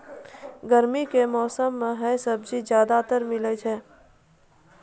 गर्मी के मौसम मं है सब्जी ज्यादातर मिलै छै